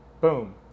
boom